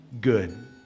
good